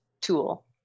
tool